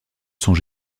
sont